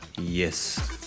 yes